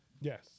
Yes